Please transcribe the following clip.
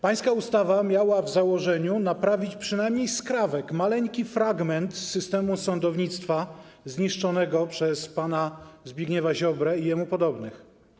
Pańska ustawa miała w założeniu naprawić przynajmniej skrawek, maleńki fragment sytemu sądownictwa zniszczonego przez pana Zbigniewa Ziobrę i jemu podobnych.